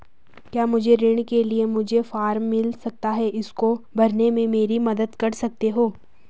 क्या मुझे ऋण के लिए मुझे फार्म मिल सकता है इसको भरने में मेरी मदद कर सकते हो?